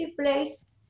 place